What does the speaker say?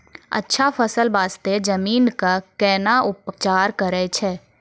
अच्छा फसल बास्ते जमीन कऽ कै ना उपचार करैय छै